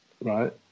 right